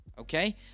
Okay